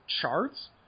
charts